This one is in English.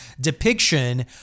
depiction